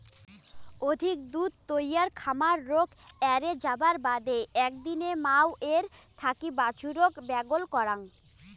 অধিক দুধ তৈয়ার খামার রোগ এ্যারে যাবার বাদে একদিনে মাওয়ের থাকি বাছুরক ব্যাগল করাং